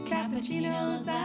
Cappuccinos